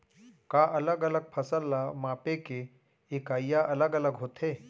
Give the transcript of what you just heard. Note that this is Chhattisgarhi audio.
का अलग अलग फसल ला मापे के इकाइयां अलग अलग होथे?